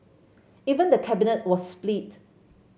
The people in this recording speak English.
even the Cabinet was split